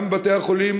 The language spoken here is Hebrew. גם בתי-החולים